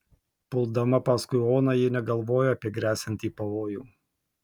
puldama paskui oną ji negalvojo apie gresiantį pavojų